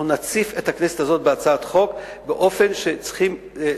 אנחנו נציף את הכנסת הזאת בהצעות חוק באופן שצריכים לתקן.